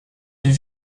les